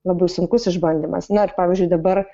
labai sunkus išbandymas net pavyzdžiui dabar